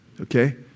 Okay